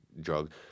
drug